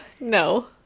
No